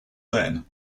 then